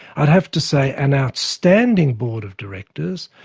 i'd have to say and outstanding board of directors,